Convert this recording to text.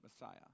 Messiah